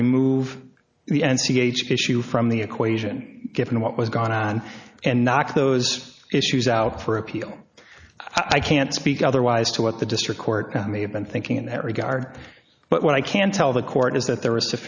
p issue from the equation given what was going on and knock those issues out for appeal i can't speak otherwise to what the district court may have been thinking in that regard but what i can tell the court is that there